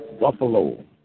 buffalo